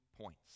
points